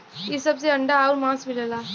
इ सब से अंडा आउर मांस मिलला